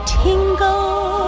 tingle